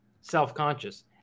self-conscious